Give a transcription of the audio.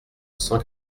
cent